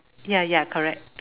ya ya correct